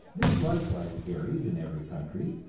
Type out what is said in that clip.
this likewise varies in every country,